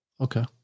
Okay